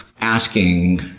asking